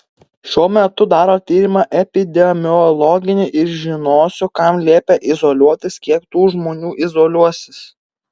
šiuo metu daro tyrimą epidemiologinį ir žinosiu kam liepia izoliuotis kiek tų žmonių izoliuosis